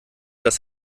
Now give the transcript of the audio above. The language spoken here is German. das